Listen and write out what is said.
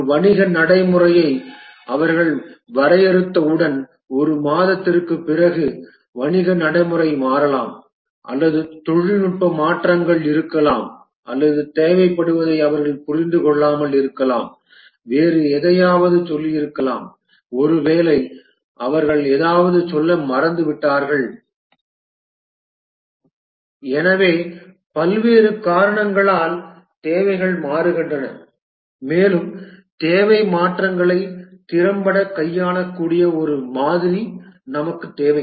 ஒரு வணிக நடைமுறையை அவர்கள் வரையறுத்தவுடன் ஒரு மாதத்திற்குப் பிறகு வணிக நடைமுறை மாறலாம் அல்லது தொழில்நுட்ப மாற்றங்கள் இருக்கலாம் அல்லது தேவைப்படுவதை அவர்கள் புரிந்து கொள்ளாமல் இருக்கலாம் வேறு எதையாவது சொல்லியிருக்கலாம் ஒருவேளை அவர்கள் ஏதாவது சொல்ல மறந்துவிட்டார்கள் எனவே பல்வேறு காரணங்களால் தேவைகள் மாறுகின்றன மேலும் தேவை மாற்றங்களை திறம்பட கையாளக்கூடிய ஒரு மாதிரி நமக்குத் தேவை